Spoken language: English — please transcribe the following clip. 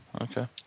okay